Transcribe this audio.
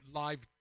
live